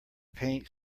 paint